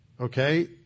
Okay